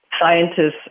scientists